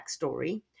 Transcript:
Backstory